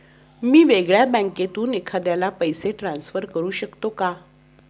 मी वेगळ्या बँकेतून एखाद्याला पैसे ट्रान्सफर करू शकतो का?